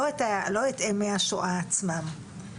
לא את ימי השואה עצמם.